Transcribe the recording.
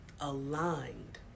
aligned